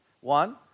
one